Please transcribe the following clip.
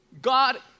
God